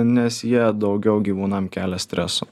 nes jie daugiau gyvūnam kelia streso